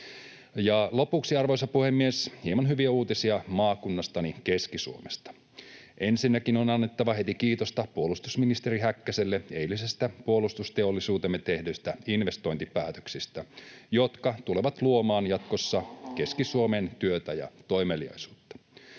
lopuksi, arvoisa puhemies, hieman hyviä uutisia maakunnastani Keski-Suomesta. Ensinnäkin on annettava heti kiitosta puolustusministeri Häkkäselle eilisestä puolustusteollisuuteemme tehdyistä investointipäätöksistä, jotka tulevat luomaan jatkossa Keski-Suomeen työtä ja toimeliaisuutta.